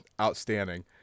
outstanding